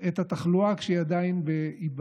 את התחלואה, כשהיא עדין באיבה.